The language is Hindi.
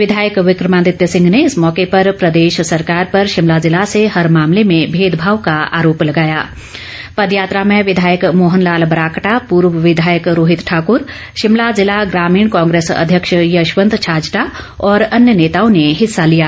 विधायक विक्रमादित्य सिंह ने इस मौके पर प्रदेश सरकार पर शिमला जिला से हर मामले में भेदभाव का आरोप लगाया पदयात्रा में विधायक मोहन लाल ब्राक्टा पूर्व विधायक रोहित ठाकूर शिमला जिला ग्रामीण कांग्रेस अध्यक्ष यशवंत छाजटा और अन्य नेताओं ने हिस्सा लिया